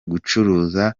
gucuruza